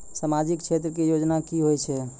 समाजिक क्षेत्र के योजना की होय छै?